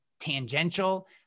tangential